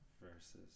Versus